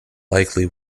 likely